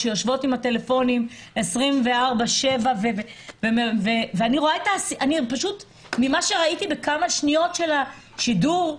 שיושבות מול הטלפונים 24/7. ממה שראיתי בכמה שניות של השידור,